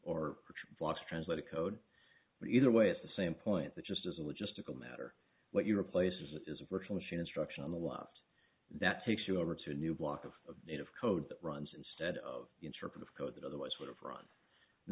was translated code but either way it's the same point that just as a logistical matter what you replaces it is a virtual machine instruction on the left that takes you over to a new block of native code that runs instead of interpretive code that otherwise would have run